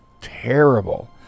terrible